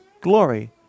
glory